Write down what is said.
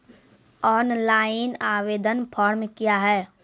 Online आवेदन form क्या हैं?